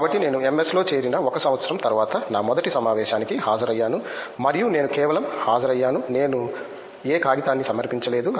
కాబట్టి నేను MS లో చేరిన ఒక సంవత్సరం తరువాత నా మొదటి సమావేశానికి హాజరయ్యాను మరియు నేను కేవలం హాజరయ్యాను నేను ఏ కాగితాన్ని సమర్పించలేదు